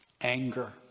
anger